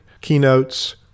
keynotes